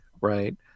Right